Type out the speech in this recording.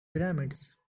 pyramids